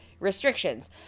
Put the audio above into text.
Restrictions